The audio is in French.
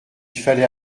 fallait